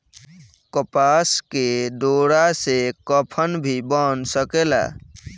कपास के डोरा से कफन भी बन सकेला